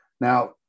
Now